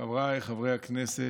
חבריי חברי הכנסת,